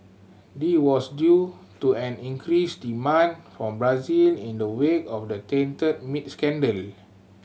this was due to an increased demand from Brazil in the wake of a tainted meat scandal